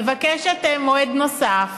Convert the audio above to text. מבקשת מועד נוסף,